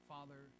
Father